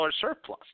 surplus